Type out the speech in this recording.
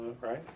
right